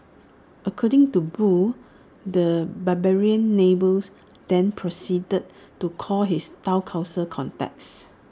according to boo the barbarian neighbours then proceeded to call his Town Council contacts